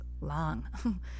long